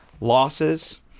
losses